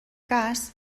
cas